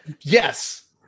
Yes